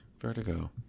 Vertigo